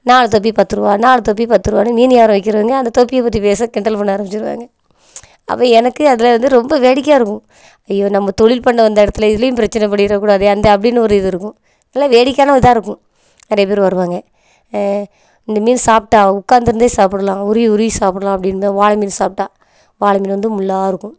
நாலு தொப்பி பத்துரூபா நாலு தொப்பி பத்துரூபான்னு மீனு வியாபாரம் விற்கிறவங்க அந்த தொப்பியை பற்றி பேச கிண்டல் பண்ண ஆரம்பிச்சிடுவாங்க அப்போ எனக்கு அதில் வந்து ரொம்ப வேடிக்கையாக இருக்கும் அய்யோ நம்ம தொழில் பண்ண வந்த இடத்துல இதுலேயும் பிரச்சனை பண்ணிட கூடாதே அந்த அப்படின்னு ஒரு இது இருக்கும் நல்ல வேடிக்கையான இதாக இருக்கும் நிறைய பேர் வருவாங்க இந்த மீன் சாப்பிட்டா உட்காந்துருந்தே சாப்பிடலாம் உருவி உருவி சாப்பிடலாம் அப்படி இந்த வாழை மீன் சாப்பிட்டா வாழை மீன் வந்து முல்லாருக்கும்